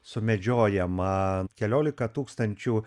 sumedžiojama keliolika tūkstančių